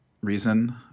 reason